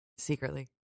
secretly